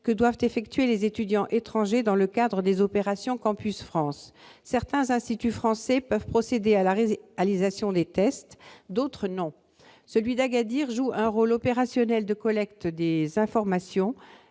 que doivent passer les étudiants étrangers dans le cadre des opérations Campus France. Certains instituts français peuvent faire passer ces tests, d'autres non. Celui d'Agadir joue un rôle opérationnel de collecte des informations